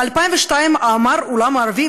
ב-2002 אמר העולם הערבי,